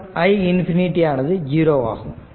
மற்றும் i ∞ 0 ஆகும்